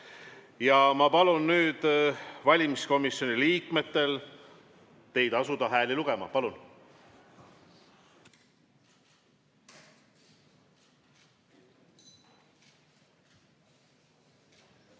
Ma palun nüüd valimiskomisjoni liikmetel asuda hääli lugema. Palun!